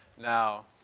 now